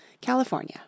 California